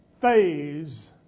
phase